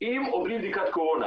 עם או בלי בדיקות קורונה.